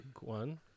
one